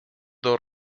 dos